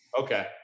Okay